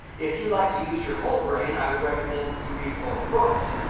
if you like to use your whole brain, i would recommend you read both books.